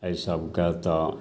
एहि सबके तऽ